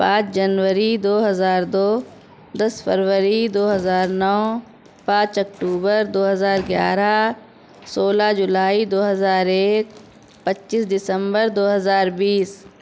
پانچ جنوری دو ہزار دو دس فروری دو ہزار نو پانچ اکٹوبر دو ہزار گیارہ سولہ جولائی دو ہزار ایک پچیس دسمبر دو ہزار بیس